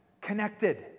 connected